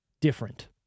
different